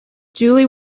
julie